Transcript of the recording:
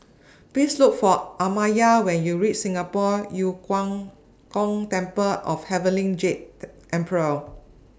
Please Look For Amaya when YOU REACH Singapore Yu Huang Gong Temple of Heavenly Jade Emperor